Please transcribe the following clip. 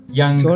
young